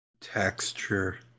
texture